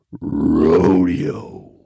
Rodeo